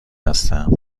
هستم